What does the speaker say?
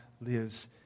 lives